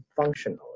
functional